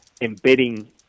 embedding